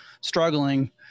struggling